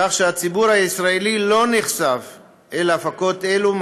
כך שהציבור הישראלי לא נחשף להפקות אלו,